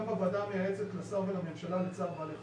בוועדה המייעצת לשר ולממשלה לצער בעלי חיים.